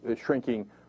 shrinking